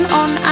on